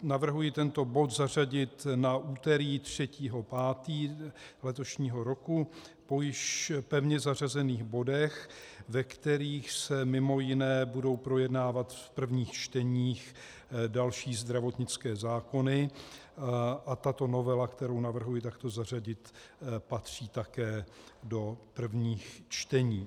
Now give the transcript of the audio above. Navrhuji tento bod zařadit na úterý 3. 5. letošního roku po již pevně zařazených bodech, ve kterých se mimo jiné budou projednávat v prvních čteních další zdravotnické zákony, a tato novela, kterou navrhuji takto zařadit, patří také do prvních čtení.